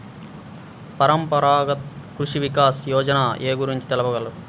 పరంపరాగత్ కృషి వికాస్ యోజన ఏ గురించి తెలుపగలరు?